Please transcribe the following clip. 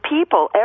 people